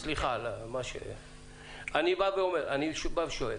אני שואל: